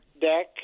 Deck